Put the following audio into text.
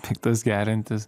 piktas geriantis